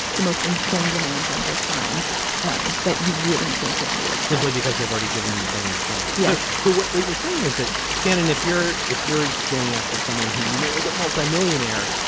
the most insane demands on their time um that you wouldn't think that they would simply because they've already given you something small yes. so what what you're saying is that, shannon, if you're if you're going after someone who, you know, is a multimillionaire,